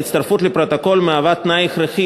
ההצטרפות לפרוטוקול מהווה תנאי הכרחי